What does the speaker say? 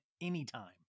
anytime